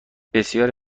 بسیاری